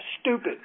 stupid